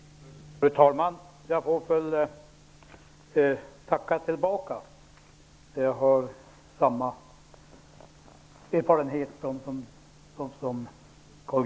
Tack, John!